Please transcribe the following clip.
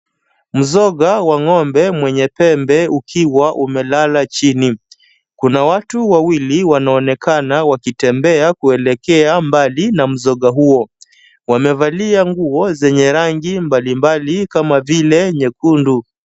Mzoga wa ng'ombe mwenye pembe ukiwa umelala chini. Kuna watu wawili wanaonekana wakitembea kuelekea mbali na mzoga huo. Wamevalia nguo zenye rangi mbalimbali kama vile nyekundu,